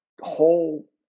whole